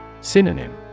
Synonym